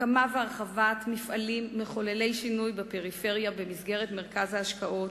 הקמה והרחבה של מפעלים מחוללי שינוי בפריפריה במסגרת מרכז ההשקעות,